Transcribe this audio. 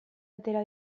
atera